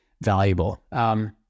valuable